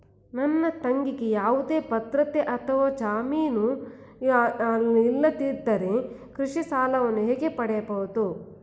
ನನ್ನ ತಂಗಿಗೆ ಯಾವುದೇ ಭದ್ರತೆ ಅಥವಾ ಜಾಮೀನು ಇಲ್ಲದಿದ್ದರೆ ಕೃಷಿ ಸಾಲವನ್ನು ಹೇಗೆ ಪಡೆಯಬಹುದು?